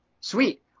Sweet